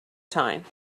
time